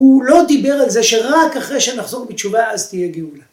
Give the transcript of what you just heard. הוא לא דיבר על זה שרק אחרי שנחזור בתשובה אז תהיה גאולה.